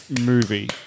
movie